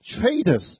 Traders